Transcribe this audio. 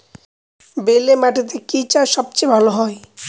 বেলে মাটিতে কি চাষ সবচেয়ে ভালো হয়?